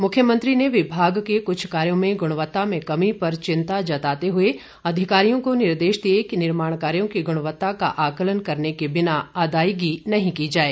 मुख्यमंत्री ने विभाग के कुछ कार्यो में ग्णवत्ता में कमी पर चिंता जताते हुए अधिकारियों को निर्देश दिए कि निर्माण कार्यों की ग्णवत्ता का आकलन करने के बिना अदायगी नहीं की जाए